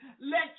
Let